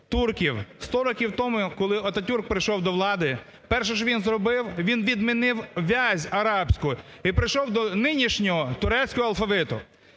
турків. 100 років тому, коли Ататюрк прийшов до влади перше, що він зробив він відмінив вязь арабську і прийшов до нинішнього турецького алфавіту.